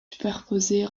superposées